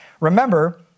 remember